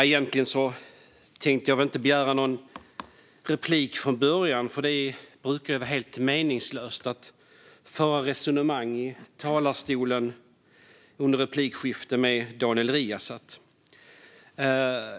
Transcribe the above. Fru talman! Jag hade inte tänkt begära replik, för det brukar vara helt meningslöst att föra ett resonemang med Daniel Riazat.